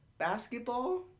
basketball